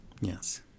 Yes